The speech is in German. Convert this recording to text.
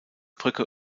brücke